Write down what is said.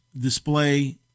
display